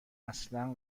اصلا